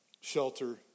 Shelter